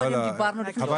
זה.